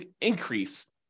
increase